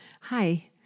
Hi